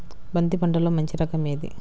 బంతి పంటలో మంచి రకం ఏది?